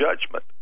judgment